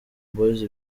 boys